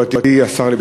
תודה רבה לך,